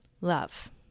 love